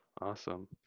awesome